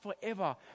forever